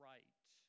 right